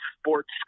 sports